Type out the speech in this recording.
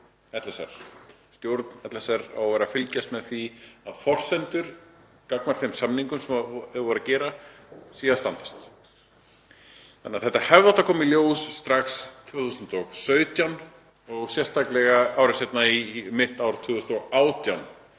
stjórn LSR. Stjórn LSR á að fylgjast með því að forsendur gagnvart þeim samningum sem þau voru að gera standist þannig að þetta hefði átt að koma í ljós strax 2017 og sérstaklega ári seinna, um mitt ár 2018.